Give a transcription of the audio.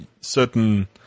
certain